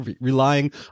relying